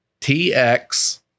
TX